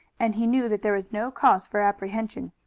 and he knew that there was no cause for apprehension.